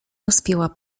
rozpięła